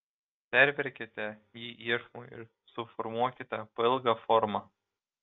perverkite jį iešmu ir suformuokite pailgą formą